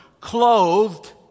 clothed